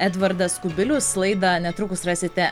edvardas kubilius laidą netrukus rasite